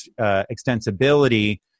extensibility